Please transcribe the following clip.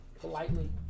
politely